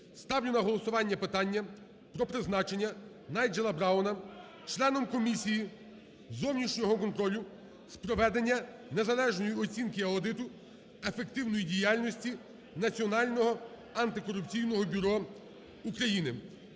ставлю на голосування питання про призначення Найджела Брауна членом Комісії зовнішнього контролю з проведення незалежної оцінки (аудиту) ефективної діяльності Національного антикорупційного бюро України.